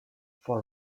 for